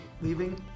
leaving